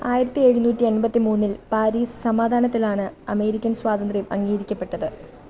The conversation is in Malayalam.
ആയിരത്തി എഴുന്നൂറ്റി എൺപത്തി മൂന്നിൽ പാരീസ് സമാധാനത്തിലാണ് അമേരിക്കൻ സ്വാതന്ത്ര്യം അംഗീകരിക്കപ്പെട്ടത്